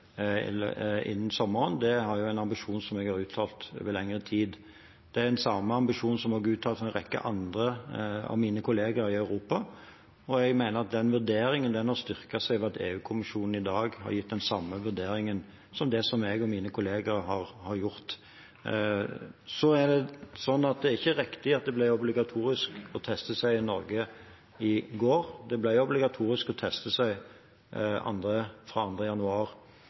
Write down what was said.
innen sommeren, er en ambisjon som jeg har uttalt over lengre tid. Det er den samme ambisjonen som også er uttalt av en rekke av mine kollegaer i Europa. Jeg mener at den vurderingen har styrket seg ved at EU-kommisjonen i dag har gitt den samme vurderingen som jeg og mine kollegaer har gjort. Det ikke er riktig at det ble obligatorisk å teste seg i Norge i går, det ble obligatorisk å teste seg fra 2. januar.